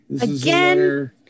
Again